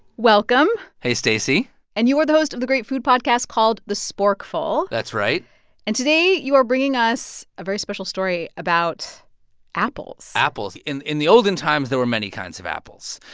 welcome hey, stacey and you are the host of the great food podcast called the sporkful. that's right and today, you are bringing us a very special story about apples apples. in in the olden times, there were many kinds of apples.